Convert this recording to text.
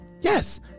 Yes